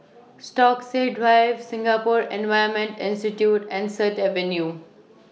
Stokesay Drive Singapore Environment Institute and Sut Avenue